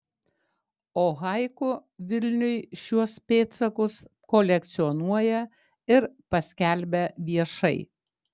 o haiku vilniui šiuos pėdsakus kolekcionuoja ir paskelbia viešai